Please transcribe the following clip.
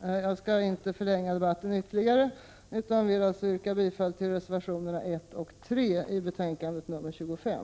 väl. Jag skall inte förlänga debatten ytterligare utan ber att få yrka bifall till reservationerna 1 och 3 i betänkande 25.